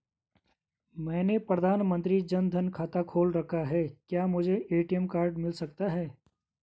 मैंने प्रधानमंत्री जन धन में खाता खोल रखा है क्या मुझे ए.टी.एम कार्ड मिल सकता है?